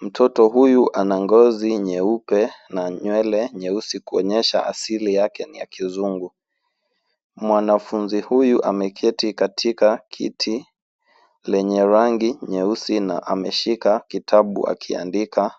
Mtoto huyu ana ngozi nyeupe na nywele nyeusi kuonyesha asili yake ni ya kizungu. Mwanafunzi huyu ameketi katika kiti lenye rangi nyeusi na ameshika kitabu akiandika.